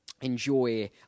enjoy